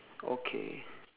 okay